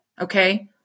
Okay